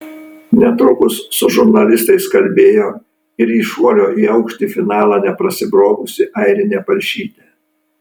netrukus su žurnalistais kalbėjo ir į šuolio į aukštį finalą neprasibrovusi airinė palšytė